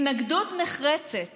התנגדות נחרצת